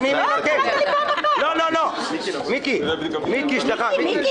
נא לצאת מהאולם.